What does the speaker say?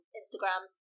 Instagram